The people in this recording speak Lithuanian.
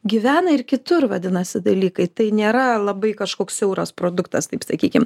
gyvena ir kitur vadinasi dalykai tai nėra labai kažkoks siauras produktas taip sakykim